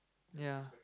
ya